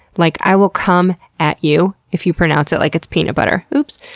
like, i will come at you if you pronounce it like it's peanut butter. oops!